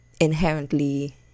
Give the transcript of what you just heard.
inherently